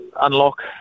unlock